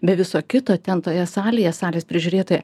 be viso kito ten toje salėje salės prižiūrėtoja